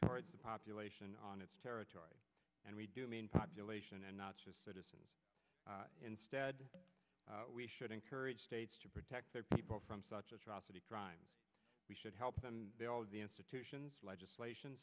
to the population on its territory and we do mean population and not just citizens instead we should encourage states to protect their people from such atrocity crime we should help them they all the institutions legislation